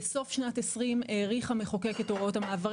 בסוף שנת 2020 האריך המחוקק את הוראות המעבר